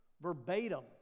verbatim